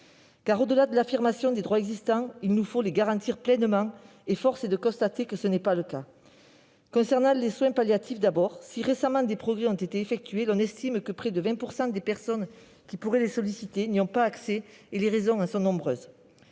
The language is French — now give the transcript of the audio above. Car au-delà de l'affirmation des droits existants, il nous faut les garantir pleinement, et force est de constater que ce n'est pas le cas. Concernant les soins palliatifs d'abord, si des progrès ont récemment été effectués, l'on estime que près de 20 % des personnes qui pourraient les solliciter n'y ont pas accès. Les raisons en sont nombreuses